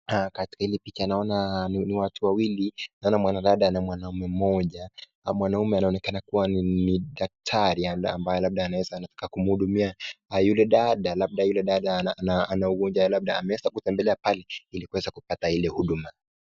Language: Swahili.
katika hili picha naona watu wawili, naona mwanadada na mwaume moja na mwanaume anaoneka ni dakitari ambaye anaweza kumuhudumia yule dada labda yule dada anaugonjwa labda ameweza kutembelea pale ilikuweza kupata hile huduma.